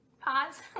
Pause